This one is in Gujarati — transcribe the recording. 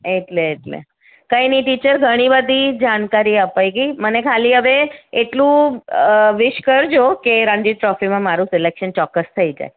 એટલે એટલે કંઈ નહીં ટીચર ઘણી બધી જાણકારી અપાઈ ગઈ મને ખાલી હવે એટલું વિશ કરજો કે રણજિત ટ્રોફીમાં મારું સિલેક્શન ચોક્કસ થઈ જાય